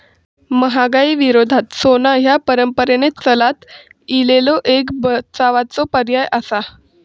महागाई विरोधात सोना ह्या परंपरेन चालत इलेलो एक बचावाचो पर्याय आसा